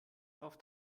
auf